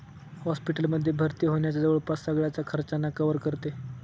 hospital मध्ये भर्ती होण्याच्या जवळपास सगळ्याच खर्चांना कव्हर करते